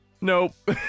nope